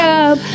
up